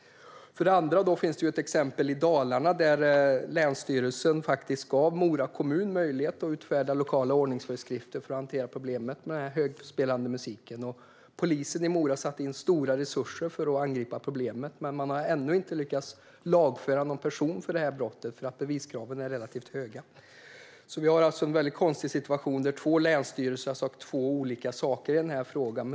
För det andra finns det ett exempel i Dalarna där länsstyrelsen gav Mora kommun möjlighet att utfärda lokala ordningsföreskrifter för att hantera problemet med den högspelande musiken. Polisen i Mora satte in stora resurser för att angripa problemet, men man har ännu inte lyckats lagföra någon person för brottet för att beviskraven är relativt höga. Vi har en väldigt konstig situation där två länsstyrelser har sagt två olika saker i frågan.